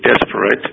desperate